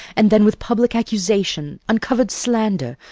and then, with public accusation, uncovered slander,